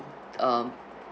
um